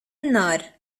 النار